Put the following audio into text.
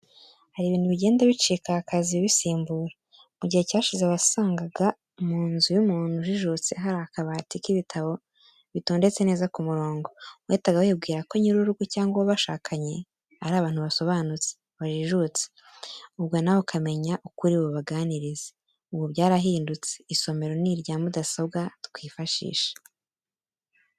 Hari ibintu bigenda bicika hakaza ibibisimbura, mu gihe cyashize wasangaga mu nzu y'umuntu ujijutse hari akabati k'ibitabo bitendetse neza ku murongo, wahitaga wibwira ko nyir'urugo cyangwa uwo bashakanye ari abantu basobanutse, bajijutse, ubwo nawe ukamenya uko uri bubaganirize. Ubu byarahindutse, isomero ni irya mudasobwa twifashisha.